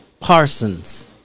Parsons